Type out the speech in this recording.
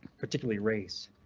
particularly race.